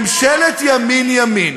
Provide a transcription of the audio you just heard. יואל,